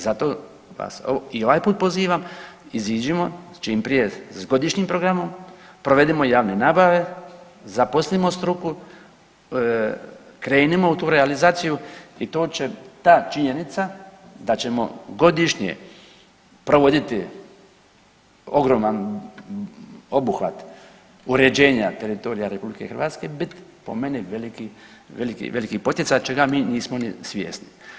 Zato vas i ovaj put pozivam, iziđimo čim prije s godišnjim programom, provedimo javne nabave, zaposlimo struku, krenimo u tu realizaciju i to će ta činjenica da ćemo godišnje provoditi ogroman obuhvat uređenja teritorija RH bit po meni veliki, veliki, veliki poticaj čega mi nismo ni svjesni.